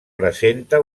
presenta